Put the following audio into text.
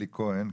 אלי כהן,